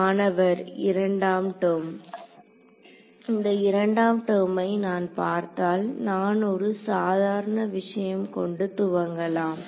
மாணவர் இரண்டாம் டெர்ம் இந்த இரண்டாம் டெர்மை நான் பார்த்தால் நாம் ஒரு சாதாரண விஷயம் கொண்டு துவங்கலாம்